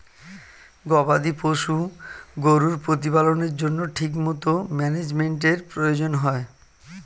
গবাদি পশু গরুর প্রতিপালনের জন্য ঠিকমতো ম্যানেজমেন্টের প্রয়োজন হয়